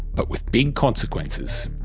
but with big consequences.